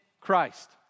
Christ